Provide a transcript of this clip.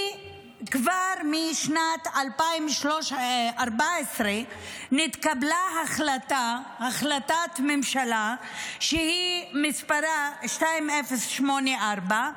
כי כבר משנת 2014 התקבלה החלטת ממשלה שמספרה 2084,